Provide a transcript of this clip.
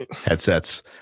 headsets